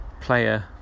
player